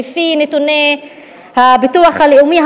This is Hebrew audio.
לפי נתוני הביטוח הלאומי,